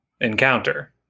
encounter